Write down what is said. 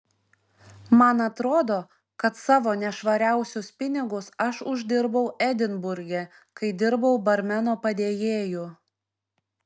man atrodo kad savo nešvariausius pinigus aš uždirbau edinburge kai dirbau barmeno padėjėju